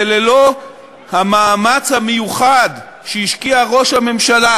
וללא המאמץ המיוחד שהשקיע ראש הממשלה